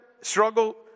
struggle